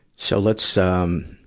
so, let's, um,